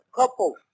couple